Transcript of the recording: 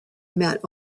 met